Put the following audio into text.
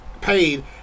paid